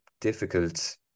difficult